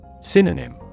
Synonym